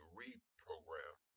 reprogram